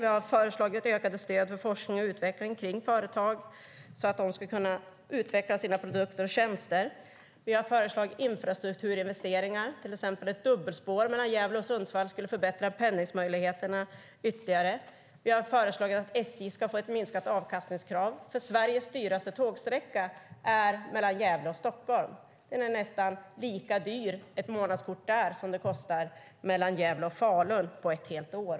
Vi har föreslagit ökade stöd för forskning och utveckling kring företag, så att de ska kunna utveckla sina produkter och tjänster. Vi har föreslagit infrastrukturinvesteringar. Till exempel skulle ett dubbelspår mellan Gävle och Sundsvall förbättra pendlingsmöjligheterna ytterligare. Vi har föreslagit att SJ ska få ett minskat avkastningskrav. Sveriges dyraste tågsträcka är mellan Gävle och Stockholm. Ett månadskort där kostar nästan lika mycket som det kostar att åka mellan Gävle och Falun under ett helt år.